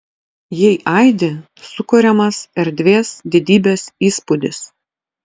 jei aidi sukuriamas erdvės didybės įspūdis